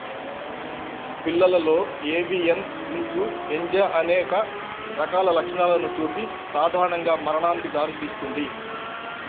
పిల్లలలో avian influenza అనేక రకాల లక్షణాలను చూపి సాధారణంగా మరణానికి దారితీస్తుంది